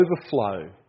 overflow